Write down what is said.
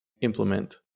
implement